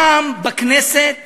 פעם בכנסת